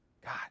God